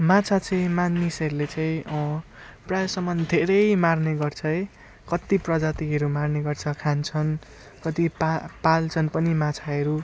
माछा चाहिँ मानिसहरूले चाहिँ प्रायःसम्म धेरै मार्ने गर्छ है कत्ति प्रजातिहरू मार्ने गर्छ खान्छन् कति पा पाल्छ्न् पनि माछाहरू